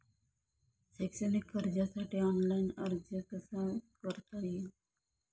शैक्षणिक कर्जासाठी ऑनलाईन अर्ज कसा करता येईल?